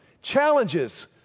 challenges